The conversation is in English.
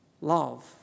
love